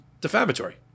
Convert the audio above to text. defamatory